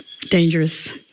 dangerous